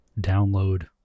download